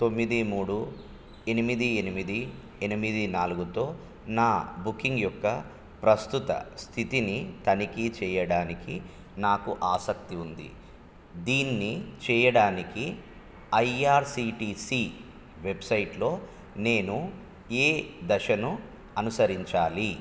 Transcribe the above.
తొమ్మిది మూడు ఎనిమిది ఎనిమిది ఎనిమిది నాలుగుతో నా బుకింగ్ యొక్క ప్రస్తుత స్థితిని తనిఖీ చేయడానికి నాకు ఆసక్తి ఉంది దీన్ని చేయడానికి ఐఆర్సిటిసి వెబ్సైట్లో నేను ఏ దశను అనుసరించాలి